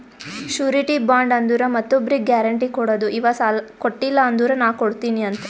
surety bond ಅಂದುರ್ ಮತ್ತೊಬ್ರಿಗ್ guarantee ಕೊಡದು ಇವಾ ಕೊಟ್ಟಿಲ ಅಂದುರ್ ನಾ ಕೊಡ್ತೀನಿ ಅಂತ್